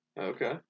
Okay